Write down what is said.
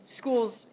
schools